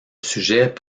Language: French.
sujet